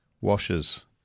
washers